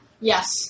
Yes